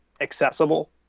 accessible